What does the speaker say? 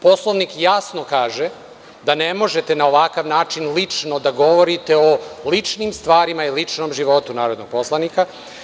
Poslovnik jasno kaže da ne možete na ovakav način lično da govorite o ličnim stvarima i ličnom životu narodnog poslanika.